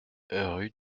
rue